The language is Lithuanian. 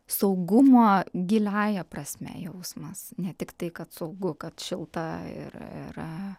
saugumo giliąja prasme jausmas ne tiktai kad saugu kad šilta ir yra